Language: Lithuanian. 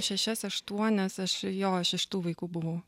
šešias aštuonias aš jo aš iš tų vaikų buvau